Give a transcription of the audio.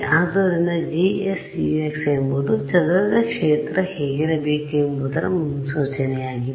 ಆದ್ದರಿಂದ GS Ux ಎಂಬುದು ಚದುರಿದ ಕ್ಷೇತ್ರ ಹೇಗಿರಬೇಕು ಎಂಬುದರ ಮುನ್ಸೂಚನೆಯಾಗಿದೆ